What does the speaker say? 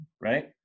right